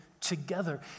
together